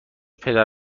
پدر